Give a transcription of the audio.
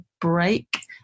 break